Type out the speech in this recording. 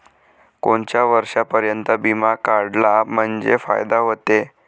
कोनच्या वर्षापर्यंत बिमा काढला म्हंजे फायदा व्हते?